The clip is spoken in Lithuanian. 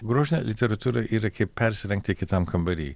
grožinė literatūra yra kaip persirengti kitam kambary